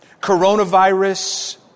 Coronavirus